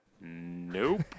Nope